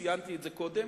ציינתי את זה קודם,